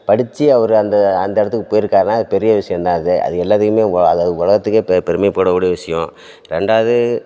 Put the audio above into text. படிச்சு அவர் அந்த அந்த இடத்துக்கு போயிருக்காருன்னால் அது பெரிய விஷயம்தான் அது அது எல்லாத்துக்குமே அது அது உலகத்துக்கே பெ பெருமைப்படக்கூடிய விஷயம் ரெண்டாவது